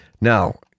Now